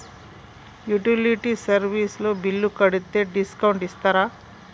Utility service తో bill కడితే discount ఇస్తరా?